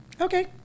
okay